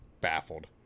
baffled